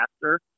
faster